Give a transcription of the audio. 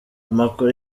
amakuru